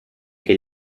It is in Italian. che